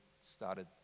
started